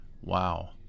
Wow